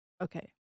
Okay